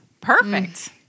Perfect